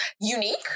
Unique